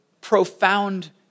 profound